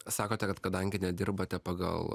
sakote kad kadangi nedirbate pagal